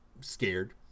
scared